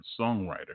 songwriter